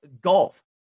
golf